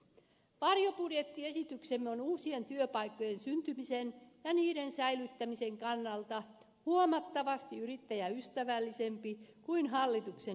varjobudjettiesityksemme on uusien työpaikkojen syntymisen ja niiden säilyttämisen kannalta huomattavasti yrittäjäystävällisempi kuin hallituksen esitys